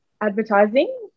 advertising